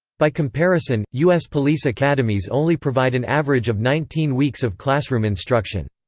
by comparison, us police academies only provide an average of nineteen weeks of classroom instruction.